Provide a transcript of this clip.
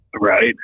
Right